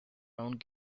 round